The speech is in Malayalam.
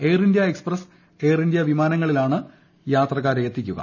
air India Express Air India വിമാനങ്ങളിലാണ് യാത്രക്കാരെ എത്തിക്കുക